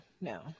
no